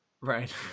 right